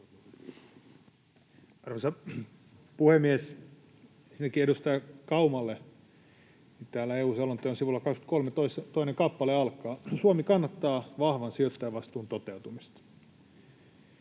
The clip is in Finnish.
Arvoisa puhemies! Ensinnäkin edustaja Kaumalle: Täällä EU:n selonteon sivulla 23 toinen kappale alkaa: ”Suomi kannattaa vahvan sijoittajavastuun toteutumista”,